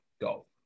go